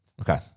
Okay